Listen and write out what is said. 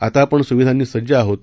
आता आपण सुविधांनी सज्ज आहोत